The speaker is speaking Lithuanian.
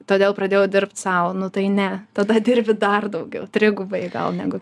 todėl pradėjau dirbt sau nu tai ne tada dirbi dar daugiau trigubai gal negu